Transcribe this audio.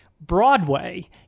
Broadway